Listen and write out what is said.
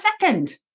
second